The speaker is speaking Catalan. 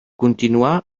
continuà